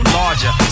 larger